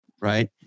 right